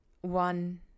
one